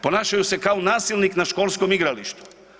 Ponašaju se kao nasilnik na školskom igralištu.